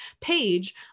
page